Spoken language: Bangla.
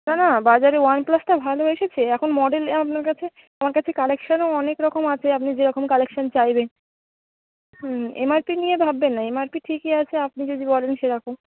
না না বাজারে ওয়ান প্লাসটা ভালো এসেছে এখন মডেল আপনার কাছে আমার কাছে কালেকশানও অনেক রকম আছে আপনি যেরকম কালেকশান চাইবেন হুম এমআরপি নিয়ে ভাববেন না এমআরপি ঠিকই আছে আপনি যদি বলেন সেরকম